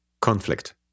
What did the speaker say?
conflict